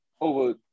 Over